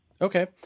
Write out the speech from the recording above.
Okay